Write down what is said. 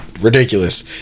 Ridiculous